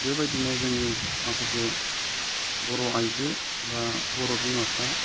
बेबायदिनो जोंनि माखासे बर' आइजो बा बर' बिमाफ्रा